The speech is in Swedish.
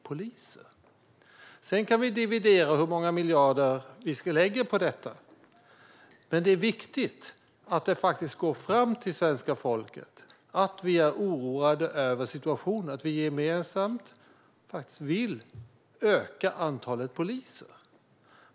Vi kan dividera om hur många miljarder vi ska lägga på detta, men det är viktigt att det faktiskt går fram till svenska folket att vi är oroade över situationen och att vi gemensamt vill öka antalet poliser.